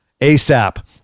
asap